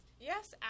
Yes